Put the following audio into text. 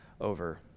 over